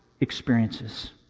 experiences